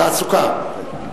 תעסוקה.